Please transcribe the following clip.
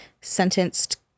sentenced